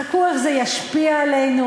חכו איך זה ישפיע עלינו.